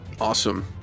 Awesome